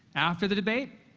after the debate,